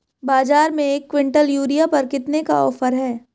बाज़ार में एक किवंटल यूरिया पर कितने का ऑफ़र है?